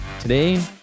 today